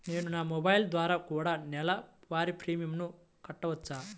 నేను నా మొబైల్ ద్వారా కూడ నెల వారి ప్రీమియంను కట్టావచ్చా?